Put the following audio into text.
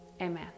amen